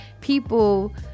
people